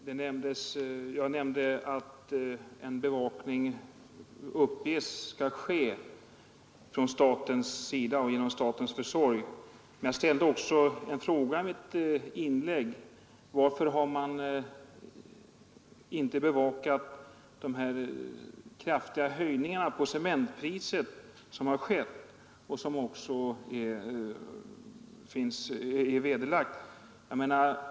Herr talman! Jag nämnde att en bevakning uppges ske från statens sida och genom statens försorg, men jag ställde också en fråga i mitt inlägg: Varför har man inte bevakat de kraftiga höjningarna på cementpriset som har skett och som också är konstaterade?